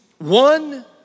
One